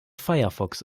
firefox